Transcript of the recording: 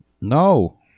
No